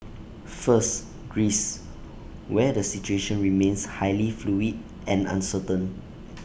first Greece where the situation remains highly fluid and uncertain